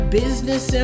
business